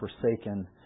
forsaken